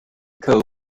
cope